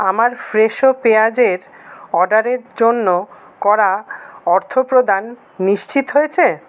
আমার ফ্রেশো পেঁয়াজের অর্ডারের জন্য করা অর্থপ্রদান নিশ্চিত হয়েছে